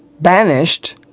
banished